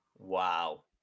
Wow